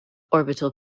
orbital